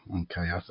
Okay